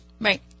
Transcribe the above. Right